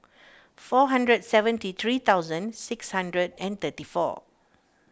four hundred and seventy three thousand six hundred and thirty four